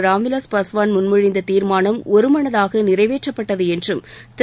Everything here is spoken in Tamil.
ராம்விலாஸ் பாஸ்வான் முன்மொழிந்த தீர்மானம் ஒருமனதாக நிறைவேற்றப்பட்டது என்றும் திரு